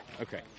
okay